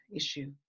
issue